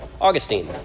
Augustine